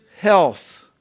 health